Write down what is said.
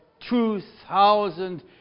2,000